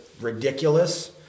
ridiculous